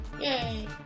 Yay